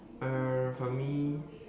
err for me